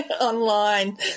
online